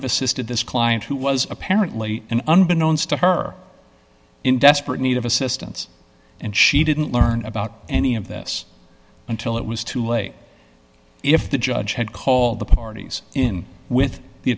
have assisted this client who was apparently an undertone stuck her in desperate need of assistance and she didn't learn about any of this until it was too late if the judge had called the parties in with the